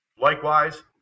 Likewise